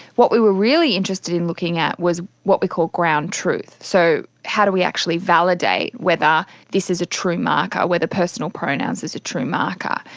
what we were really interested in looking at was what we call ground truth. so how do we actually validate whether this is a true marker, whether personal pronouns is a true marker.